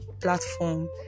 platform